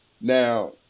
now